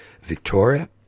Victoria